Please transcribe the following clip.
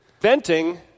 Venting